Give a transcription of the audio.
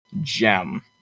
gem